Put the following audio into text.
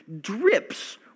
drips